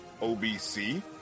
OBC